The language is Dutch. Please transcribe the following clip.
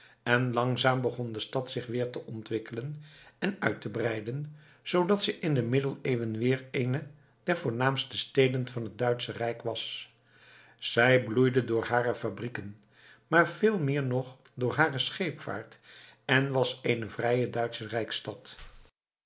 en langzaam begon de stad zich weer te ontwikkelen en uit te breiden zoodat ze in de middeleeuwen weder eene der voornaamste steden van het duitsche rijk was zij bloeide door hare fabrieken maar veel meer nog door hare scheepvaart en was eene vrije duitsche